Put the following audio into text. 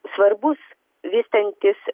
svarbus vystantis